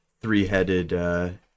three-headed